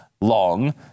long